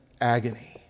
agony